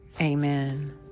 Amen